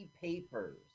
papers